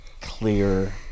clear